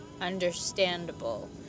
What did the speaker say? understandable